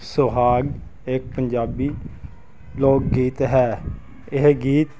ਸੁਹਾਗ ਇੱਕ ਪੰਜਾਬੀ ਲੋਕ ਗੀਤ ਹੈ ਇਹ ਗੀਤ